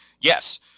yes